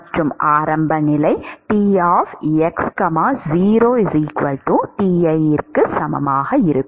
மற்றும் ஆரம்ப நிலை T x0 Ti க்கு சமமாக இருக்கும்